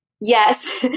yes